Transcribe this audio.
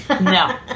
No